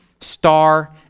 star